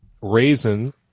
raisin